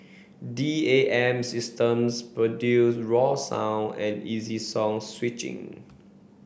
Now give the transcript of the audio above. D A M systems produce raw sound and easy song switching